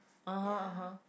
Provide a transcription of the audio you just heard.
ya